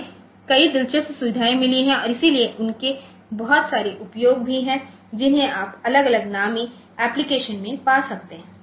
हमें कई दिलचस्प सुविधाएँ मिली हैं और इसीलिए उनके बहुत सारे उपयोग भी हैं जिन्हें आप अलग अलग नामी एप्लिकेशनों में पा सकते हैं